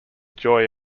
joy